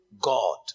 God